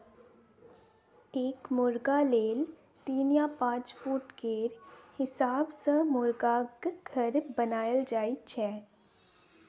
एक मुरगा लेल तीन या पाँच फुट केर हिसाब सँ मुरगाक घर बनाएल जाइ छै